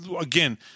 again